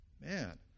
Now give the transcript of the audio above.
man